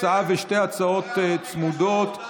הצעה ושתי הצעות צמודות,